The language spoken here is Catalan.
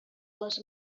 les